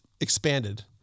expanded